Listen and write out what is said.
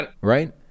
right